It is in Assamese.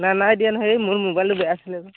নাই নাই দিয়া হেৰি মোৰ মোবাইলটো বেয়া আছিলে যে